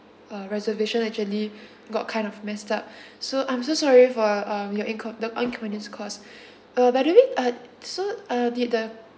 our reservation actually got kind of messed up so I'm so sorry for um your incon~ the inconvenience caused uh by the way uh so uh did the